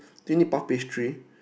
twenty puff pastry